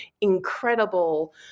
incredible